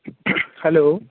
hello